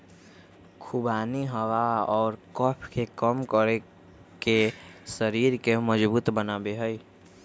खुबानी हवा और कफ के कम करके शरीर के मजबूत बनवा हई